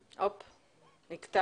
הוא ערך את